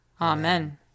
Amen